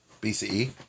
BCE